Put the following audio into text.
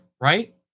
right